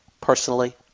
personally